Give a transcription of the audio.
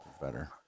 better